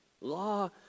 Law